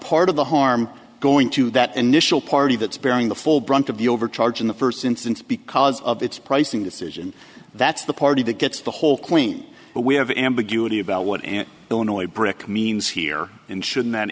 part of the harm going to that initial party that's bearing the full brunt of the overcharge in the first instance because of its pricing decision that's the party that gets the whole queen but we have ambiguity about what an illinois brick means here and should not